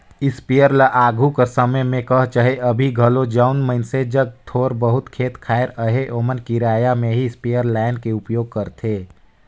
sprayer ल आघु कर समे में कह चहे अभीं घलो जउन मइनसे जग थोर बहुत खेत खाएर अहे ओमन किराया में ही इस्परे लाएन के उपयोग करथे